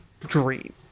dream